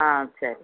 ஆ சரி